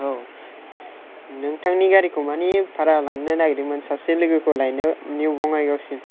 औ नोंथांनि गारिखौ मानि भारा लांनो नागिरदोंमोन सासे लोगोखौ लायनो निउ बङाइगावसिम